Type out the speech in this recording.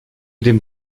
dem